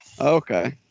Okay